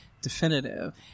definitive